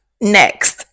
Next